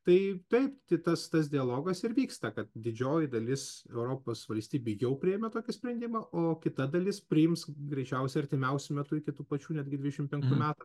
tai taip ti tas tas dialogas ir vyksta kad didžioji dalis europos valstybių jau priėmė tokį sprendimą o kita dalis priims greičiausiai artimiausiu metu iki tų pačių netgi dvidešimt penktų metų